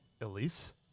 Elise